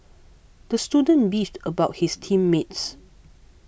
the student beefed about his team mates